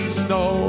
snow